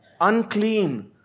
unclean